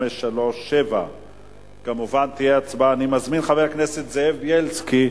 537. אני מזמין את חבר הכנסת זאב בילסקי,